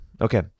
Okay